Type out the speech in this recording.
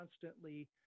constantly